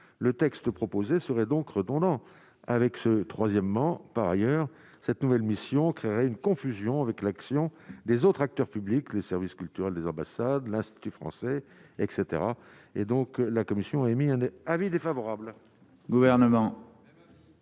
le texte proposé serait donc redondant avec ce troisièmement, par ailleurs, cette nouvelle mission : créer une confusion avec l'action des autres acteurs publics, les services culturels des ambassades, l'institut français etc et donc la commission a émis un avis défavorable